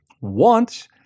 want